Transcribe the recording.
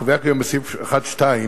קובע כיום בסעיף 1(2)